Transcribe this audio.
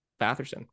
Batherson